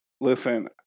Listen